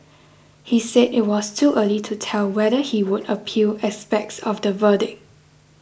he said it was too early to tell whether he would appeal aspects of the verdict